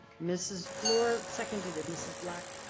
mrs. fluor seconded, mrs. black